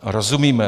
Rozumíme.